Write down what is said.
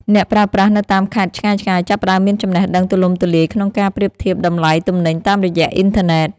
អ្នកប្រើប្រាស់នៅតាមខេត្តឆ្ងាយៗចាប់ផ្តើមមានចំណេះដឹងទូលំទូលាយក្នុងការប្រៀបធៀបតម្លៃទំនិញតាមរយៈអ៊ីនធឺណិត។